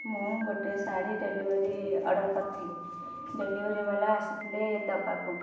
ମୁଁ ଗୋଟେ sari delivery order କରିଥିଲି ଡେଲିଭରି ବାଲା ଆସିଥିଲେ ଦେବାକୁ